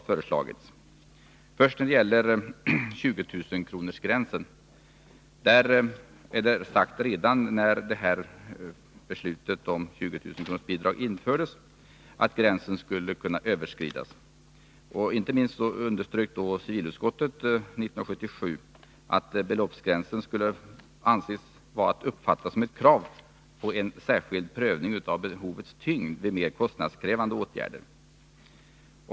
Först gäller det 20 000-kronorsgränsen. Där är det sagt redan när beslutet om 20 000-kronorsbidrag infördes, att gränsen skulle kunna överskridas. Inte minst underströk civilutskottet då, 1977, att beloppsgränsen skulle vara att uppfatta som ett krav på en särskild prövning av behovets tyngd vid mer kostnadskrävande åtgärder.